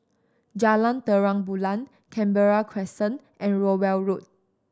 Jalan Terang Bulan Canberra Crescent and Rowell Road